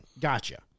gotcha